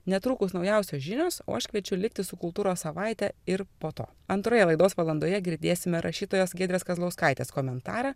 netrukus naujausios žinios o aš kviečiu likti su kultūros savaite ir po to antroje laidos valandoje girdėsime rašytojos giedrės kazlauskaitės komentarą